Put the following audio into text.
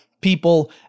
people